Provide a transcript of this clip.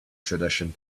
tradition